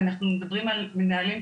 ואנחנו מדברים על מנהלים,